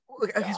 Look